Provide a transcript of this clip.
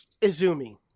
Izumi